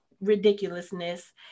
ridiculousness